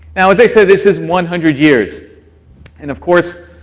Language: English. now, as i say, this is one hundred years and, of course,